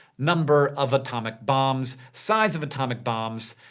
number of atomic bombs. size of atomic bombs.